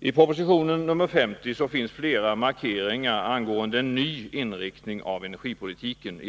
I de förslag som presenteras i proposition nr 50 finns flera markeringar angående en ny inriktning av energipolitiken.